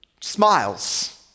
smiles